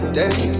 day